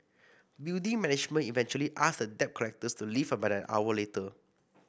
building management eventually asked the debt collectors to leave about an hour later